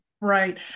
Right